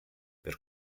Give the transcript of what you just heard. per